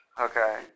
Okay